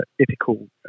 ethical